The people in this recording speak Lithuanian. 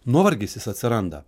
nuovargis jis atsiranda